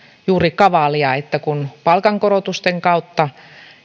juuri kavalia että kun palkankorotusten kautta